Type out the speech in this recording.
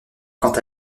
quant